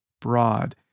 broad